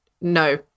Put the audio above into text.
No